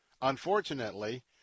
unfortunately